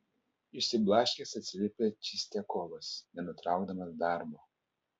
išsiblaškęs atsiliepė čistiakovas nenutraukdamas darbo